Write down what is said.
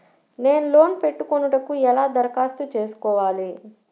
నేను లోన్ పెట్టుకొనుటకు ఎలా దరఖాస్తు చేసుకోవాలి?